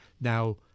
Now